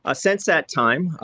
ah since that time,